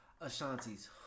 Ashanti's